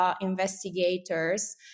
investigators